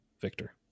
Victor